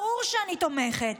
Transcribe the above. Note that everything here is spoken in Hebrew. "ברור שאני תומכת.